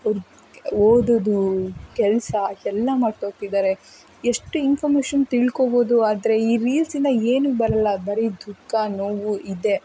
ಓದೋದು ಕೆಲಸ ಎಲ್ಲ ಮರ್ತೊಗ್ತಿದ್ದಾರೆ ಎಷ್ಟು ಇನ್ಫಾರ್ಮೇಶನ್ ತಿಳ್ಕೊಬೋದು ಆದರೆ ಈ ರೀಲ್ಸಿಂದ ಏನು ಬರಲ್ಲ ಬರಿ ದುಃಖ ನೋವು ಇದೇ